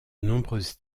nombreuses